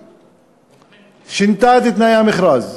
שהיא שינתה את תנאי המכרז,